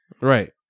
right